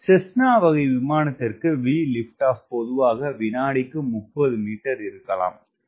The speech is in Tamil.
செஸ்னா வகை விமானத்திற்கு VLO பொதுவாக வினாடிக்கு 30 மீட்டர் இருக்கலாம்